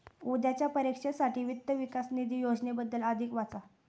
उद्याच्या परीक्षेसाठी वित्त विकास निधी योजनेबद्दल अधिक वाचा